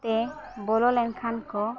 ᱛᱮ ᱵᱚᱞᱚ ᱞᱮᱱᱠᱷᱟᱱ ᱠᱚ